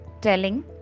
telling